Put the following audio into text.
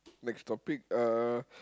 next topic uh